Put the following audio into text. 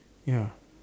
ya